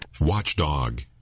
Watchdog